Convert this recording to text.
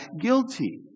guilty